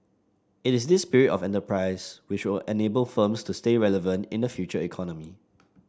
it is this spirit of enterprise which will enable firms to stay relevant in the Future Economy